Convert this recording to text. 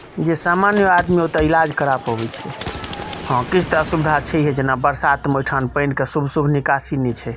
जे सामान्य आदमी ओतय इलाज करा पबै छै हॅं किछु तऽ असुविधा छहिये जेना बरसात मे ओहिठाम पानि के ओतय शुभ शुभ निकासी नहि छै